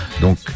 donc